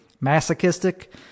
masochistic